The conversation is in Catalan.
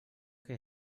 que